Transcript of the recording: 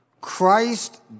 Christ